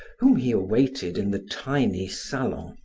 whom he awaited in the tiny salon,